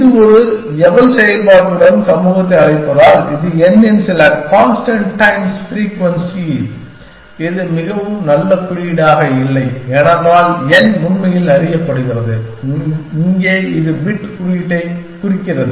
இது ஒரு எவல் செயல்பாட்டுடன் சமூகத்தை அழைப்பதால் இது n இன் சில கான்ஸ்டன்ட் டைம்ஸ் ஃப்ரீக்வென்சி இது மிகவும் நல்ல குறியீடாக இல்லை ஏனென்றால் n உண்மையில் அறியப்படுகிறது இங்கே இது பிட் குறியீட்டைக் கூறுகிறது